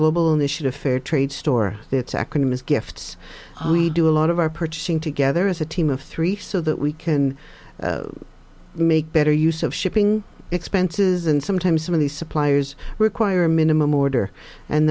global initiative fair trade store its acronym is gifts we do a lot of our purchasing together as a team of three so that we can make better use of shipping expenses and sometimes some of the suppliers require a minimum order and